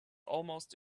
almost